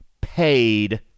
paid